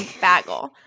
bagel